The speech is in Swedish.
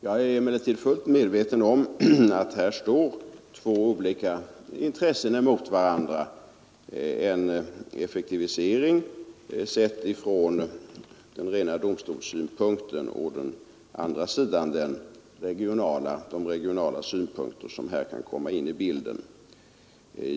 Jag är emellertid fullt medveten om att två olika intressen står emot varandra: en effektivisering, sett från ren domstolssynpunkt, och de regionala synpunkter som här kan komma in i bilden.